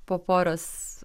po poros